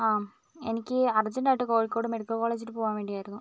ആഹ് എനിക്ക് അർജൻറ്റ് ആയിട്ട് കോഴിക്കോട് മെഡിക്കൽ കോളേജിൽ പോവാൻ വേണ്ടിയായിരുന്നു